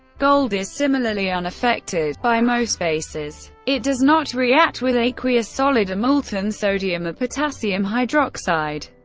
gold is similarly unaffected by most bases. it does not react with aqueous, solid, or molten sodium or potassium hydroxide.